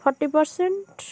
forty percent